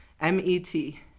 M-E-T